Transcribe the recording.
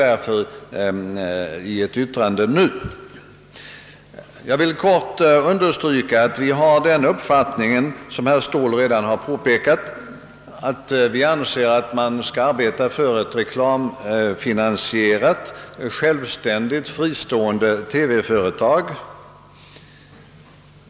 Jag vill helt kort understryka att vi, såsom herr Ståhl redan har påpekat, anser att man bör arbeta för ett reklamfinansierat självständigt fristående TV företag.